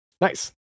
nice